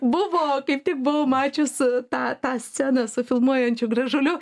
buvo kaip tik buvau mačius tą tą sceną su filmuojančiu gražuliu